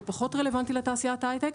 או פחות רלוונטי לתעשיית ההייטק,